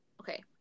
Okay